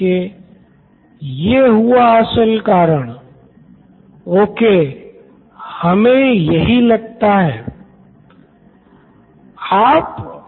Siddharth Maturi CEO Knoin electronics यही शिक्षक का मुख्य काम है